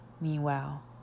Meanwhile